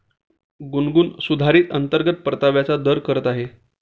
गुनगुन सुधारित अंतर्गत परताव्याचा दर करत आहे